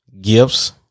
gifts